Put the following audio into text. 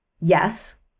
yes